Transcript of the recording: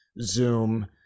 Zoom